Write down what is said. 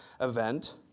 event